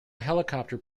helicopter